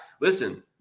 listen